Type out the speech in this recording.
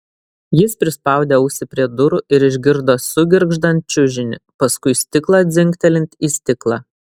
jis prispaudė ausį prie durų ir išgirdo sugirgždant čiužinį paskui stiklą dzingtelint į stiklą